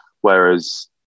whereas